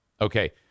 Okay